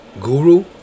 guru